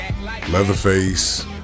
Leatherface